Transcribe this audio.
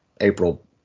April